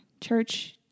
church